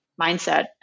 mindset